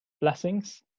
blessings